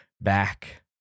back